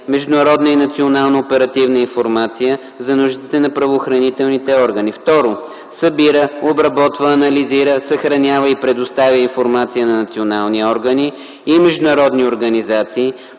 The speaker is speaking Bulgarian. международна и национална оперативна информация за нуждите на правоохранителните органи; 2. събира, обработва, анализира, съхранява и предоставя информация на национални органи и международни организации,